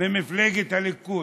ממפלגת הליכוד,